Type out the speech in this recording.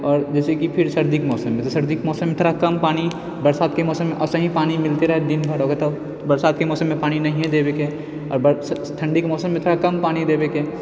आओर जैसे फिर सर्दीके मौसममे तऽ सर्दीके मौसममे थोड़ा कम पानी बरसातके मौसममे वैसेही पानि मिलते रहै दिन भर ओकरा तऽ बरसातके मौसममे पानि नहिये देबे के आओर ठण्डीके मौसममे थोड़ा कम पानि देबेके